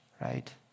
right